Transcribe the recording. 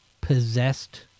possessed